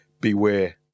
beware